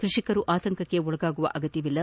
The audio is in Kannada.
ಕೃಷಿಕರು ಆತಂಕಕ್ಕೆ ಒಳಗಾಗುವ ಅಗತ್ನವಿಲ್ಲ